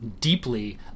deeply